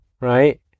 Right